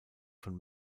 von